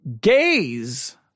gaze